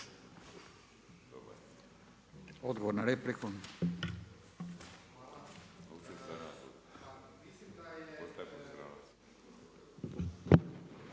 Odgovor na repliku.